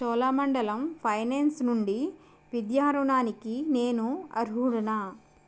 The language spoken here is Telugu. చోళా మండలం ఫైనాన్స్ నుండి విద్యా రుణానికి నేను అర్హుడునా